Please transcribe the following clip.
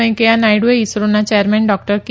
વેકૈયાહ નાયડુએ ઈસરોના chairman doctor કે